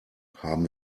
haben